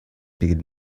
перед